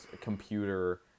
computer